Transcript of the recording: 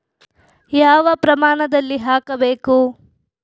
ಯಾವ ಪ್ರಮಾಣದಲ್ಲಿ ಹಾಕಬೇಕು?